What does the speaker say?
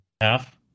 half